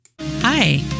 Hi